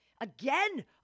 Again